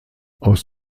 aus